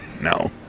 No